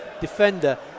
defender